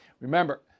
Remember